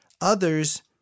others